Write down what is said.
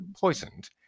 poisoned